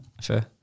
Sure